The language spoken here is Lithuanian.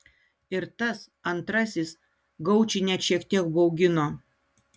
ir tas antrasis gaučį net šiek tiek baugino